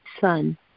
Son